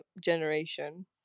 generation